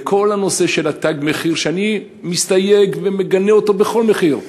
לכל הנושא של "תג מחיר" ואני מסתייג ומגנה אותו בכל מחיר,